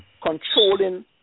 controlling